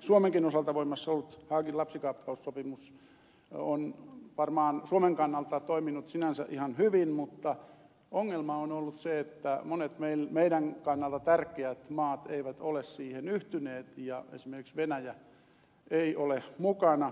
suomenkin osalta voimassa ollut haagin lapsikaappaussopimus on varmaan suomen kannalta toiminut sinänsä ihan hyvin mutta ongelma on ollut se että monet meidän kannaltamme tärkeät maat eivät ole siihen yhtyneet ja esimerkiksi venäjä ei ole mukana